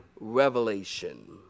revelation